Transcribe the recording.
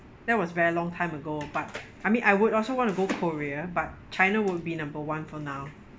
that was very long time ago but I mean I would also want to go korea but china would be number one for now